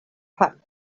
packed